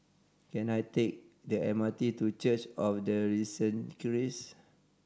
can I take the M R T to Church of the Risen Christ